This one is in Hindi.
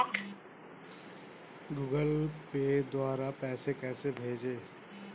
गूगल पे द्वारा पैसे कैसे भेजें?